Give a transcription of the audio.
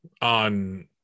on